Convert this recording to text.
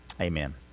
amen